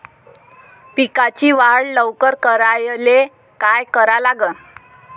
पिकाची वाढ लवकर करायले काय करा लागन?